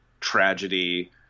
tragedy